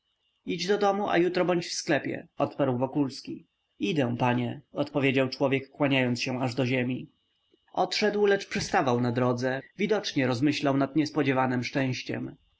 idź do domu a jutro bądź w sklepie odparł wokulski idę panie odpowiedział człowiek kłaniając się do ziemi odszedł lecz przystawał na drodze widocznie rozmyślał nad niespodziewanem szczęściem